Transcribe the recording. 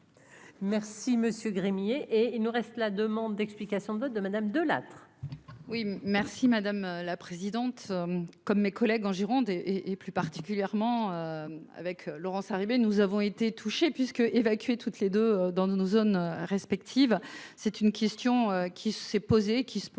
Merci monsieur Grenier et il nous reste la demande d'explication de vote de madame De Lattre. Oui merci madame la présidente, comme mes collègues en Gironde et et et plus particulièrement avec Laurence est arrivée, nous avons été touchés puisque évacué toutes les deux dans nos zones respectives, c'est une question qui s'est posée : qui se pose